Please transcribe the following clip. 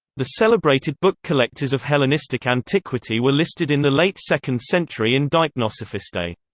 the celebrated book collectors of hellenistic antiquity were listed in the late second century in deipnosophistae.